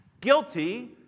guilty